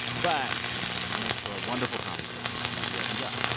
but he makes for a wonderful conversation once he opens up.